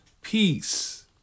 peace